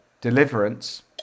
Deliverance